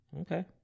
Okay